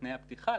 בתנאי הפתיחה,